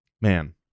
Man